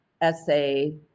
essay